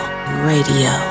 radio